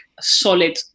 solid